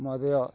ମଧ୍ୟ